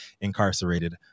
incarcerated